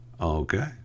okay